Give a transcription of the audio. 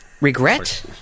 Regret